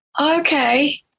Okay